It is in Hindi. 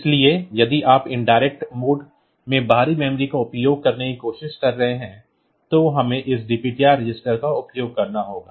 इसलिए यदि आप indirect मोड में बाहरी मेमोरी का उपयोग करने की कोशिश कर रहे हैं तो हमें इस DPTR रजिस्टर का उपयोग करना होगा